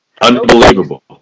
Unbelievable